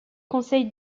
conseil